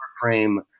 frame